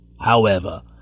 However